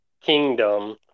kingdom